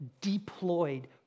deployed